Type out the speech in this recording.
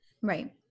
right